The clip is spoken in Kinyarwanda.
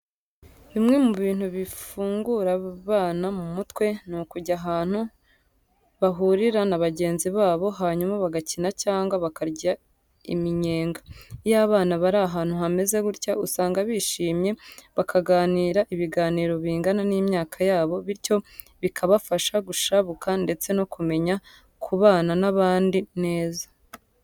Bimwe mu bintu bifungura abana mu mutwe ni ukujya ahantu bahurira na bagenzi babo hanyuma bagakina cyangwa bakarya iminyenga. Iyo abana bari ahantu hameze gutya usanga bishimye, bakaganira ibiganiro bingana n'imyaka yabo bityo bikabafasha gushabuka ndetse no kumenya kubana n'abandi neza.